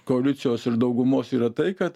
koalicijos ir daugumos yra tai kad